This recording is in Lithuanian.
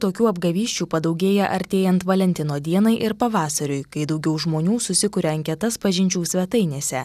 tokių apgavysčių padaugėja artėjant valentino dienai ir pavasariui kai daugiau žmonių susikuria anketas pažinčių svetainėse